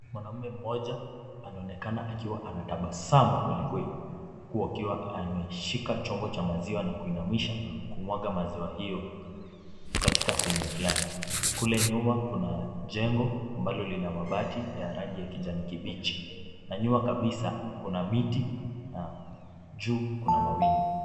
Mwanamme mmoja anaonekana akiwa ana tabasamu kweli, kweli. Huku akiwa ameshika chombo cha maziwa na kuinamisha, kumwaga maziwa hiyo katika sehemu fulani. Kule nyuma kuna jengo ambalo lina mabati ya rangi ya kijani kibichi. Na nyuma kabisa kuna miti na juu kuna mawingu.